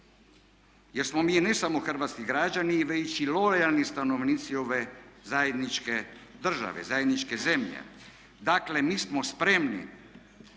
jer smo mi ne samo hrvatski građani već i lojalni stanovnici ove zajedničke države, zajedničke zemlje. Dakle mi smo spremni